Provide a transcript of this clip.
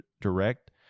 direct